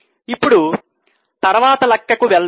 ఇప్పుడు తరువాత లెక్కకు వెళదాం